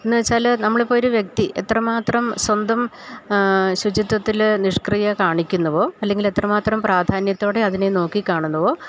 എന്ന് വെച്ചാല് നമ്മളിപ്പോൾ ഒരു വ്യക്തി എത്രമാത്രം സ്വന്തം ശുചിത്വത്തില് നിഷ്ക്രിയ കാണിക്കുന്നുവോ അല്ലെങ്കിൽ എത്രമാത്രം പ്രാധാന്യത്തോടെ അതിനെ നോക്കി കാണുന്നുവോ